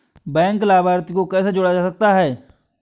Bank लाभार्थी को कैसे जोड़ा जा सकता है?